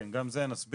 כן, גם זה נסביר.